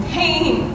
pain